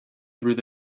through